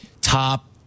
top